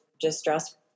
distress